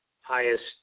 highest